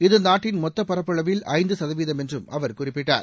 இது நாட்டின் மொத்த பரப்பளவில் ஐந்து சதவீதம் என்றும் அவர் குறிப்பிட்டார்